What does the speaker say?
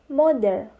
mother